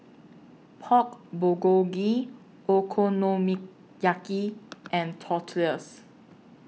Pork Bulgogi Okonomiyaki and Tortillas